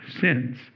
sins